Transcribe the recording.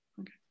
Okay